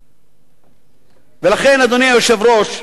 ולכן, אדוני היושב-ראש,